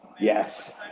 Yes